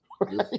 Right